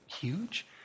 Huge